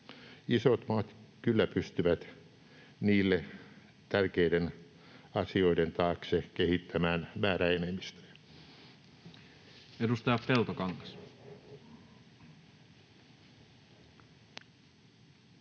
Isot maat kyllä pystyvät niille tärkeiden asioiden taakse kehittämään määräenemmistöjä.